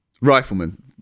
rifleman